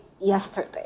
yesterday